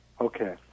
Okay